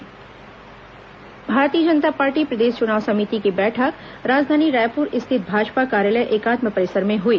भाजपा बैठक भारतीय जनता पार्टी प्रदेश चुनाव समिति की बैठक राजधानी रायपुर स्थित भाजपा कार्यालय एकात्म परिसर में हुई